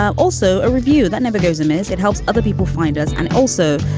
also, a review that never goes amiss. it helps other people find us. and also,